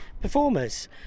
performers